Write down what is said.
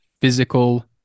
physical